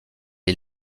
est